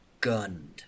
gunned